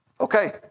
Okay